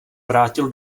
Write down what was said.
vrátil